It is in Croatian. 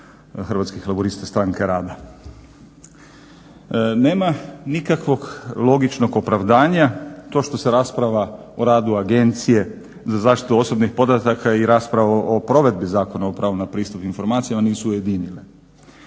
Hrvatskih laburista stranke rada. Nema nikakvog logičnog opravdanja to što se rasprava o radu Agencije za zaštitu osobnih podataka i rasprava o provedbi Zakona o pravu na pristup informacijama nisu ujedinili.